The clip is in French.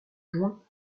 joint